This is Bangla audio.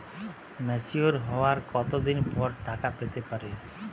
ম্যাচিওর হওয়ার কত দিন পর টাকা পেতে পারি?